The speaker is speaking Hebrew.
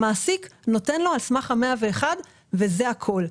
המעסיק נותן לו על סמך 101 וזה הכול.